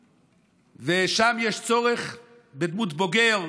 ושם יש צורך בדמות בוגר,